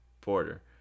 Porter